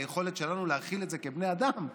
היכולת שלנו להכיל את זה כבני אדם,